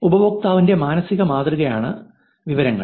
ഉപയോക്താവിന്റെ മാനസിക മാതൃകയാണ് വിവരങ്ങൾ